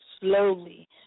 slowly